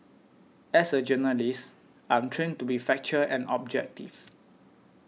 as a journalist I'm trained to be factual and objectives